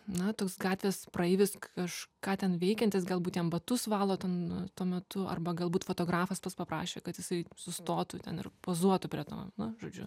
na toks gatvės praeivis kažką ten veikiantis galbūt jam batus valo ten tuo metu arba galbūt fotografas pats paprašė kad jisai sustotų ten ir pozuotų prie to na žodžiu